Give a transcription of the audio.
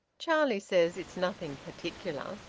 charlie says it's nothing particular.